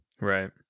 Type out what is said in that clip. Right